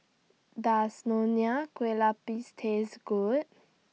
Does Nonya Kueh Lapis Taste Good